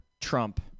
Trump